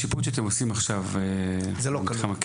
בשיפוץ שאתם עושים עכשיו, זה לא כלול.